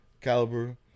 caliber